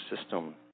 system